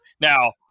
now